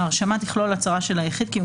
ההרשמה תכלול הצהרה של היחיד כי הוא